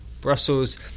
Brussels